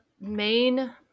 main